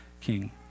king